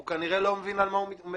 הוא כנראה לא מבין על מה הוא מדבר.